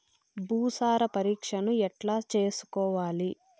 భూసార పరీక్షను ఎట్లా చేసుకోవాలి?